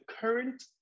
current